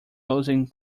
losing